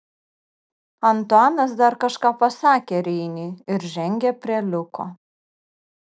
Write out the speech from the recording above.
antuanas dar kažką pasakė reiniui ir žengė prie liuko